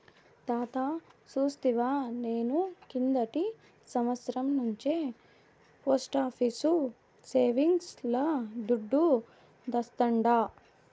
తాతా సూస్తివా, నేను కిందటి సంవత్సరం నుంచే పోస్టాఫీసు సేవింగ్స్ ల దుడ్డు దాస్తాండా